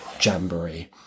jamboree